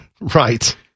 right